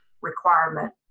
requirement